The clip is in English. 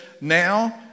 now